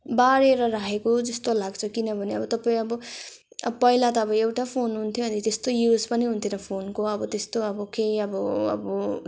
बारेर राखेको जस्तो लाग्छ किनभने अब तपाईँ अब पहिला त अब एउटा फोन हुन्थ्यो अनि त्यस्तो युज पनि हुन्थिएन फोनको अब त्यस्तो अब के अब अब